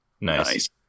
Nice